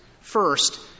First